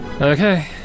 Okay